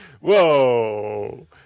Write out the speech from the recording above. Whoa